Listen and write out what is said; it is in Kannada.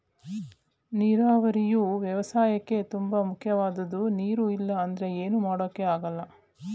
ನೀರಾವರಿಯು ವ್ಯವಸಾಯಕ್ಕೇ ತುಂಬ ಮುಖ್ಯವಾದದ್ದು ನೀರು ಇಲ್ಲ ಅಂದ್ರೆ ಏನು ಮಾಡೋಕ್ ಆಗಲ್ಲ